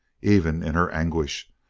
even in her anguish,